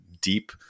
deep